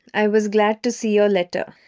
i was glad to see your letter.